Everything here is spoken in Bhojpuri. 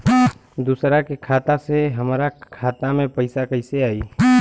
दूसरा के खाता से हमरा खाता में पैसा कैसे आई?